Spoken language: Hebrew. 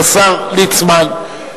השר ליצמן,